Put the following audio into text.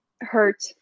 hurt